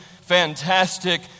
fantastic